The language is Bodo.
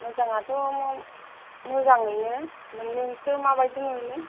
मोजांआथ' मोजांङैनो नोंसो माबायदि मोनो